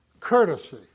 Courtesy